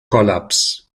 kollaps